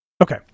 Okay